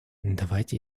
давайте